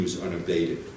unabated